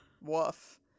Woof